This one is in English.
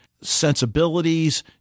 sensibilities